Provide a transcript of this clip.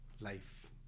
life